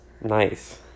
nice